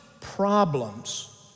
problems